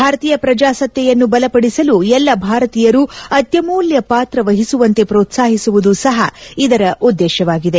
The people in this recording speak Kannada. ಭಾರತೀಯ ಪ್ರಜಾಸತ್ತೆಯನ್ನು ಬಲಪಡಿಸಲು ಎಲ್ಲ ಭಾರತೀಯರು ಅತ್ಲಮೂಲ್ಲ ಪಾತ್ರ ವಹಿಸುವಂತೆ ಪ್ರೋತ್ಪಾಹಿಸುವುದು ಸಹ ಇದರ ಉದ್ದೇಶವಾಗಿದೆ